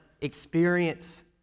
experience